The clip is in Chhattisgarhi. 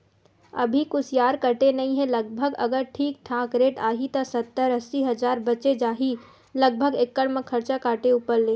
अभी कुसियार कटे नइ हे लगभग अगर ठीक ठाक रेट आही त सत्तर अस्सी हजार बचें जाही लगभग एकड़ म खरचा काटे ऊपर ले